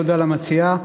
תודה למציעה,